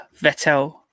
Vettel